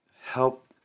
help